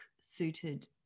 suited